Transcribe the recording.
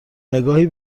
نگاهی